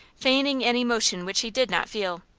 feigning an emotion which he did not feel,